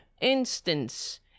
instance